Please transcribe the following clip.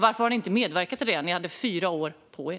Varför har ni inte medverkat till detta? Ni hade fyra år på er.